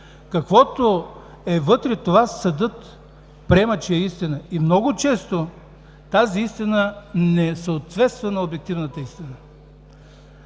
Каквото е вътре, това съдът приема, че е истина. Много често тази истина не съответства на обективната истина.